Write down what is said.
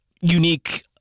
unique